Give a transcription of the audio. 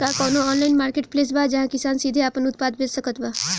का कउनों online marketplace बा जहां किसान सीधे आपन उत्पाद बेच सकत बा?